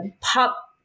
pop